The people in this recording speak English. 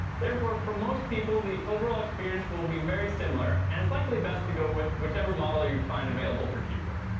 therefore, for most people, the overall experience will be very similar and it's likely best to go with whichever model you find available for cheaper.